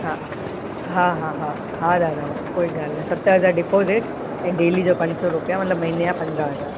हा हा हा हा हा दादा कोई ॻाल्हि नाए सत हज़ार डिपोजिट ऐं डेली जो पंज सौ रुपिया मतिलबु महिने या पंद्रहं हज़ार